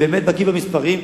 באמת בקי במספרים,